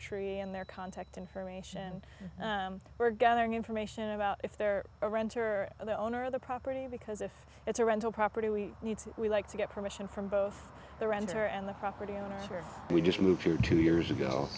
tree and their contact information we're gathering information about if they're a renter the owner of the property because if it's a rental property we need to we like to get permission from both the renter and the property owner we just moved here two years ago